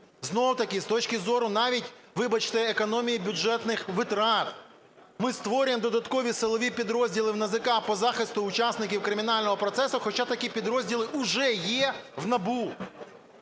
Знову-таки з точки зору навіть, вибачте, економії бюджетних витрат ми створюємо додаткові силові підрозділи у НАЗК по захисту учасників кримінального процесу, хоча такі підрозділи уже є в НАБУ.